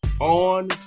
on